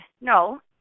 No